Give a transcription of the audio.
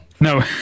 No